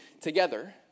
together